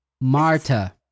Marta